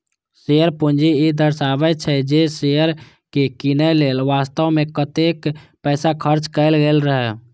share पूंजी ई दर्शाबै छै, जे शेयर कें कीनय लेल वास्तव मे कतेक पैसा खर्च कैल गेल रहै